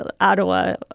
Ottawa